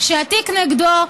שהתיק נגדו,